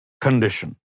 condition